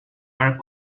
are